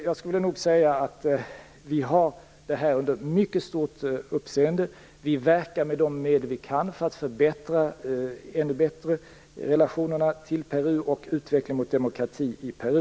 Jag vill nog säga att vi följer upp detta noga. Vi verkar med de medel vi kan för att förbättra relationerna till Peru och utvecklingen mot demokrati i Peru.